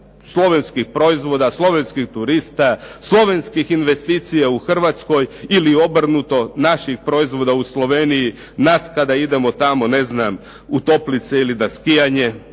slovenskih proizvoda, slovenskih turista, slovenskih investicija u Hrvatskoj ili obrnuto. Naših proizvoda u Sloveniji, nas kada idemo tamo, ne znam u toplice ili na skijanje